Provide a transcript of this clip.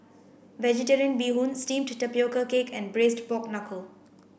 vegetarian bee hoon steamed tapioca cake and braised pork knuckle